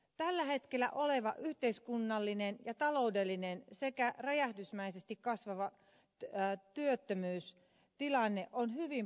tällä hetkellä oleva yhteiskunnallinen ja taloudellinen tilanne sekä räjähdysmäisesti kasvava työttömyystilanne ovat hyvin poikkeuksellisia